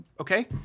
okay